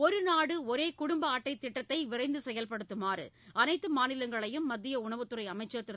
ஒரு நாடு ஒரே குடும்ப அட்டை திட்டத்தை விரைந்து செயல்படுத்துமாறு அனைத்து மாநிலங்களையும் மத்திய உணவுத்துறை அமைச்சர் திரு